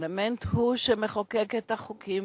הפרלמנט הוא שמחוקק את החוקים,